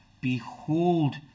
behold